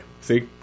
See